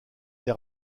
des